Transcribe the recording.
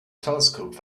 telescope